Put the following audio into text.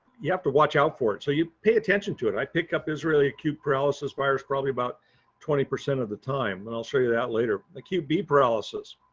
you have to watch out for it. so you pay attention to it. i pick up israeli acute paralysis virus probably about twenty percent of the time. and i'll show you that later. acute bee paralysis.